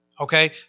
Okay